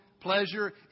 pleasure